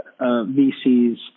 VCs